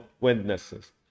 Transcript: witnesses